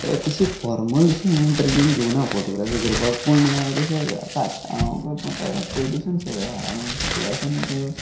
तशी फोर्मल अशीं हांवें ट्रेनींग घेवना फोटोग्राफी करपाक पूण तशें काडटा हांव म्हाका पयलींसून सवंय आसा स्कूलासून आतां